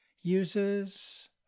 uses